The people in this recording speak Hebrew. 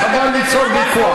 אז חבל ליצור ויכוח.